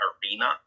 Arena